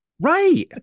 Right